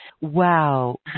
Wow